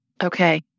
Okay